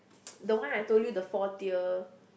the one I told you the four tier